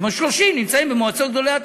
זאת אומרת, 30 נמצאים במועצת גדולי התורה,